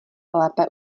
lépe